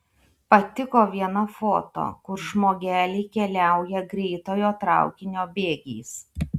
patiko viena foto kur žmogeliai keliauja greitojo traukinio bėgiais